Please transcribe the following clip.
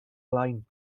blaen